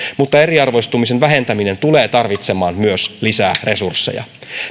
mutta eriarvoistumisen vähentäminen tulee tarvitsemaan myös lisää resursseja